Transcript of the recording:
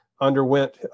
underwent